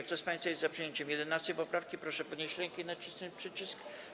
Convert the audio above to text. Kto z państwa jest za przyjęciem 11. poprawki, proszę podnieść rękę i nacisnąć przycisk.